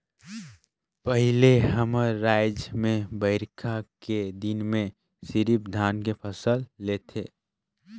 पहिले हमर रायज में बईरखा के दिन में सिरिफ धान के फसल लेथे